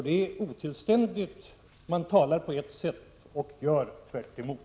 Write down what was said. Det är nämligen otillständigt att tala på ett sätt och göra tvärtemot.